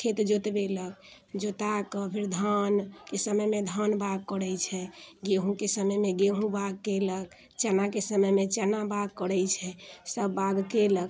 खेत जोतबेलक जोता कऽ फेर धान एहि समयमे धान बाग करैत छै गेहूँके समयमे गेहूँ बाग कयलक चनाके समयमे चना बाग करैत छै सभ बाग केलक